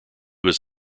was